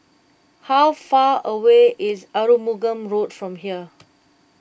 how far away is Arumugam Road from here